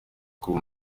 kuba